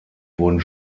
wurden